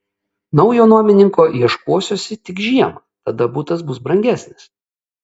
naujo nuomininko ieškosiuosi tik žiemą tada butas bus brangesnis